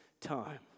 time